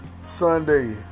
Sunday